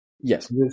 Yes